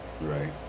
Right